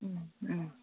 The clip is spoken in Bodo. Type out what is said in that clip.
उम उम